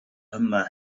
yma